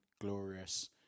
glorious